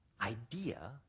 idea